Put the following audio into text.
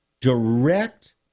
direct